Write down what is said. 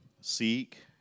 Seek